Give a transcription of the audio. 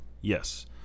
Yes